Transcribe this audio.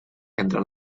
entre